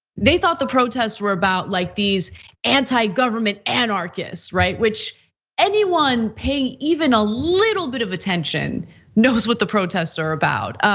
they thought the protests were about like these anti government anarchists, which anyone paying even a little bit of attention knows what the protests are about.